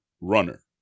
runner